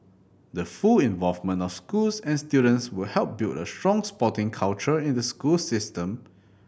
the full involvement of schools and students will help build a strong sporting culture in the school system